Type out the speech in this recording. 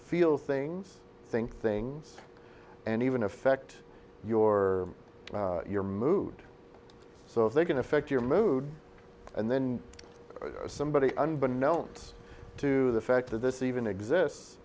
feel things think things and even affect your your mood so they can affect your mood and then somebody unbeknown to the fact that this even exists